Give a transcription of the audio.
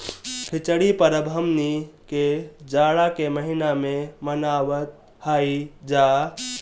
खिचड़ी के परब हमनी के जाड़ा के महिना में मनावत हई जा